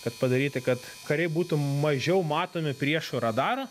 kad padaryti kad kariai būtų mažiau matomi priešų radarų